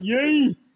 Yay